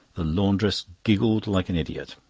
the laundress giggled like an idiot.